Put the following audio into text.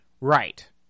Right